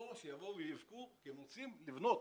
שיבואו ויבכו, כי הם רוצים לבנות